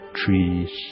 trees